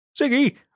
Ziggy